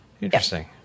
Interesting